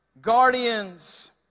guardians